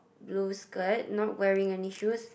blue skirt not wearing any shoes